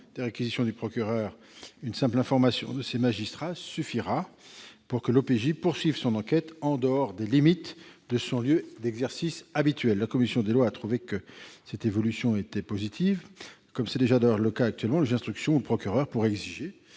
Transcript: une réquisition du procureur, une simple information de ces magistrats suffira pour que l'OPJ poursuive son enquête en dehors des limites de son lieu d'exercice habituel. La commission des lois a estimé que cette évolution était positive. Comme c'est déjà le cas, le juge d'instruction ou le procureur pourrait exiger